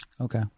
Okay